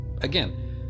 again